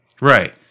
right